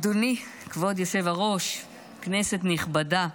אדוני, כבוד היושב-ראש, כנסת נכבדה,